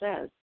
says